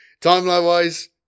Timeline-wise